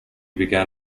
began